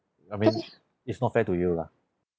I mean it's not fair to you lah